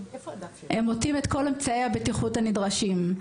הם עוטים את כל אמצעי הבטיחות הנדרשים,